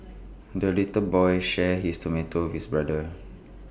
the little boy shared his tomato with brother